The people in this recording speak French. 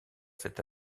cette